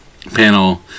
panel